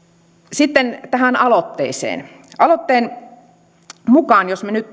sitten tähän aloitteeseen aloitteen mukaan jos me nyt